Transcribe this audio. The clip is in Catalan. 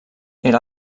era